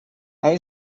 hij